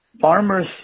farmers